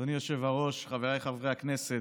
אדוני היושב-ראש, חבריי חברי הכנסת,